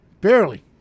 barely